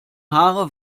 haare